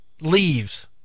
leaves